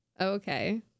Okay